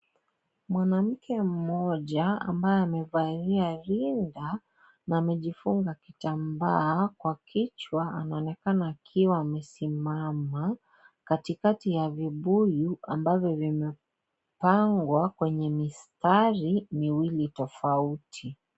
Mwanamke mmoja ambaye amevalia rinda na amejifunga kitambaa kwa kichwa anaonekana akiwa amesimama katikati ya vibuyu ambazo zimepangwa kwenye mistari miwili tofauti.